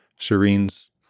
Shireen's